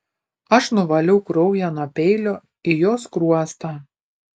aš nuvaliau kraują nuo peilio į jo skruostą